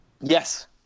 Yes